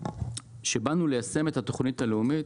כשבאנו ליישם את התוכנית הלאומית,